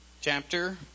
chapter